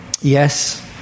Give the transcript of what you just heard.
yes